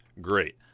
great